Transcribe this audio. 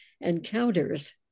encounters